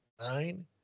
nine